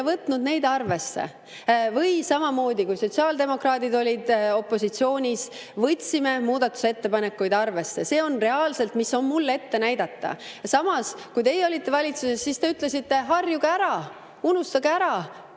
võtnud neid arvesse. Või samamoodi, kui sotsiaaldemokraadid olid opositsioonis, võtsime muudatusettepanekuid arvesse. See on reaalselt, mis on mul ette näidata. Samas, kui teie olite valitsuses, siis te ütlesite, et harjuge ära, unustage ära,